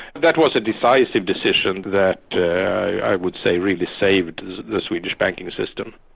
that was a decisive decision that i would say really saved the swedish banking system.